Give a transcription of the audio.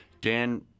dan